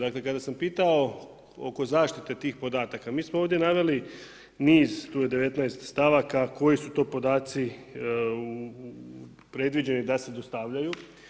Dakle kada sam pitao oko zaštite tih podataka, mi smo ovdje naveli niz, tu je 19 stavaka koji su to podaci predviđeni da se dostavljaju.